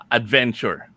adventure